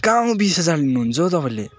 कहाँ हौ बिस हजार लिनुहुन्छ हौ तपाईँहरूले